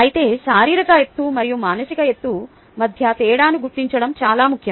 అయితే శారీరక ఎత్తు మరియు మానసిక ఎత్తు మధ్య తేడాను గుర్తించడం చాలా ముఖ్యం